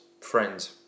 friends